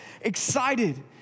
excited